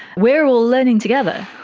we are all learning together.